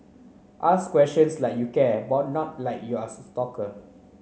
ask questions like you care but not like you're a stalker